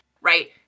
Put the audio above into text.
right